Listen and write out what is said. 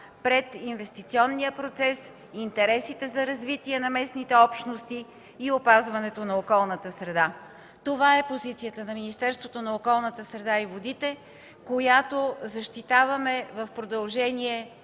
пред инвестиционния процес, интересите за развитие на местните общности и опазването на околната среда. Това е позицията на Министерството на околната среда и водите, която защитаваме вече в продължение